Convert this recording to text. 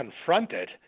confronted